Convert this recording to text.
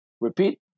repeat